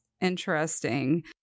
interesting